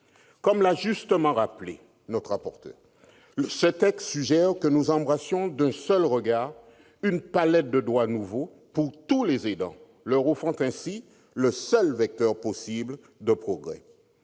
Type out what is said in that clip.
Comme l'a justement expliqué notre rapporteur, « ce texte suggère que nous embrassions d'un seul regard une palette de droits nouveaux pour tous les aidants, leur offrant ainsi le seul vecteur possible de progrès